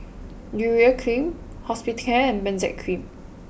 Urea cream Hospicare and Benzac cream